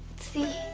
see